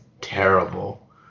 terrible